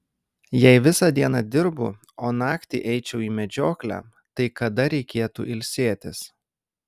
jei visą dieną dirbu o naktį eičiau į medžioklę tai kada reikėtų ilsėtis